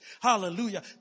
Hallelujah